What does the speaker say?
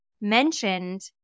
mentioned